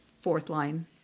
fourth-line